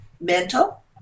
mental